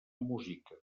música